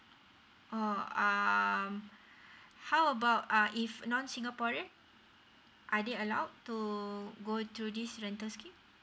oh uh how about uh if non singaporean are they allowed to go to this rental scheme